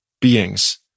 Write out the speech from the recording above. beings